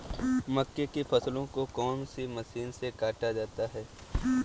मक्के की फसल को कौन सी मशीन से काटा जाता है?